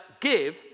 give